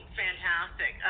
fantastic